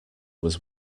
was